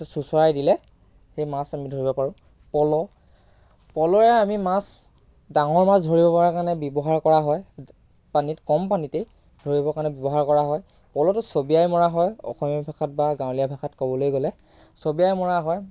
চোঁচৰাই দিলে সেই মাছ আমি ধৰিব পাৰোঁ পল পলৰে আমি মাছ ডাঙৰ মাছ ধৰিব পৰাৰ কাৰণে ব্যৱহাৰ কৰা হয় পানীত কম পানীতেই ধৰিবৰ কাৰণে ব্যৱহাৰ কৰা হয় পলটো চবিয়াই মৰা হয় অসমীয়া ভাষাত বা গাঁৱলীয়া ভাষাত ক'বলৈ গ'লে চবিয়াই মৰা হয়